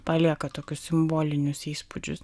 palieka tokius simbolinius įspūdžius